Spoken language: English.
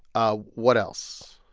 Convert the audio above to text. ah what else?